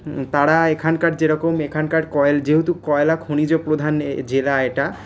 তারা এখানকার যেরকম এখানকার যেহেতু কয়লা খনিজ পধান জেলা এটা